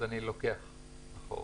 אני לוקח את דבריך.